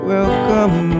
Welcome